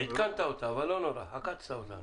עדכנת את המצגת, אבל לא נורא, עקצת אותנו.